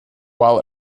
while